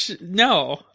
No